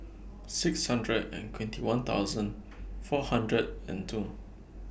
six hundred and twenty one thousand four hundred and two